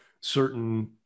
certain